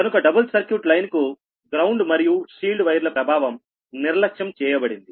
కనుక double circuit line కు ground మరియు కవచపు తీగల వైర్ల ప్రభావం నిర్లక్ష్యం చేయబడింది